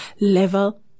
level